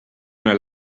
una